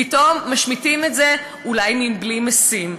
פתאום משמיטים את זה, אולי מבלי משים.